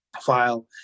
file